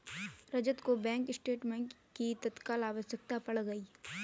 रजत को bank statement की तत्काल आवश्यकता पड़ गई है